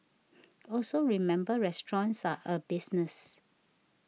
also remember restaurants are a business